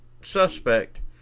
suspect